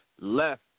left